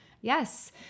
Yes